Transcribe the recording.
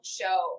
show